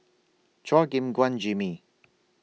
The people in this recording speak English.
Chua Gim Guan Jimmy